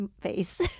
face